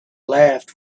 laughed